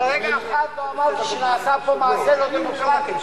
לרגע אחד לא אמרתי שנעשה פה מעשה לא דמוקרטי.